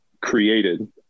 created